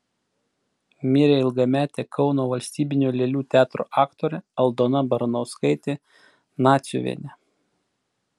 mirė ilgametė kauno valstybinio lėlių teatro aktorė aldona baranauskaitė naciuvienė